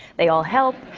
they all help.